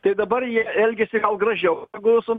tai dabar jie elgiasi gražiau negu su